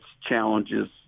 challenges